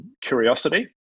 curiosity